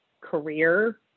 career